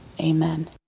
Amen